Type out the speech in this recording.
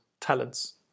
talents